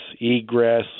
egress